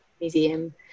museum